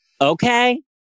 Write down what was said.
Okay